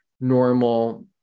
normal